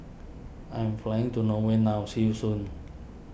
I am flying to Norway now see you soon